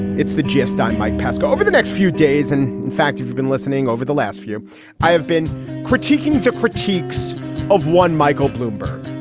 it's the gist. i'm mike pesca. over the next few days and in fact, you've you've been listening over the last few i have been critiquing the critiques of one michael bloomberg.